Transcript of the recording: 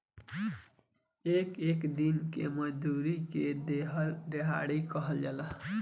एक एक दिन के मजूरी के देहाड़ी कहल जाला